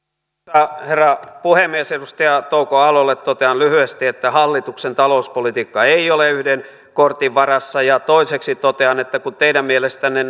arvoisa herra puhemies edustaja touko aallolle totean lyhyesti että hallituksen talouspolitiikka ei ole yhden kortin varassa toiseksi totean että kun teidän mielestänne